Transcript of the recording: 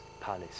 palace